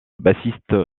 bassiste